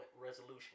resolution